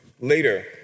later